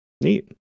Neat